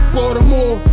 Baltimore